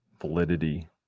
validity